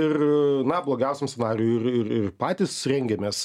ir na blogiausiam scenarijuj ir ir ir patys rengiamės